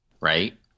right